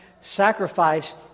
sacrifice